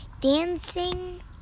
Dancing